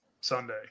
Sunday